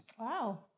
Wow